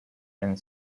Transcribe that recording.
and